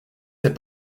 sais